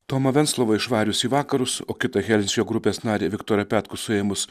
tomą venclovą išvarius į vakarus o kitą helsinkio grupės narį viktorą petkų suėmus